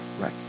right